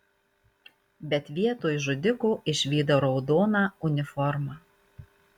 bet vietoj žudiko išvydau raudoną uniformą